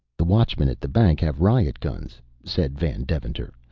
the watchmen at the bank have riot guns, said van deventer,